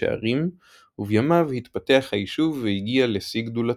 שערים ובימיו התפתח היישוב והגיע לשיא גדולתו.